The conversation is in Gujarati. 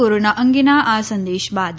કોરોના અંગેના આ સંદેશ બાદ